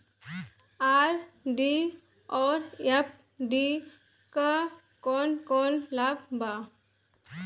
RD और FD क कौन कौन लाभ बा?